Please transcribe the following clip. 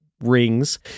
rings